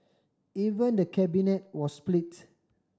even the Cabinet was splits